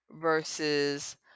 versus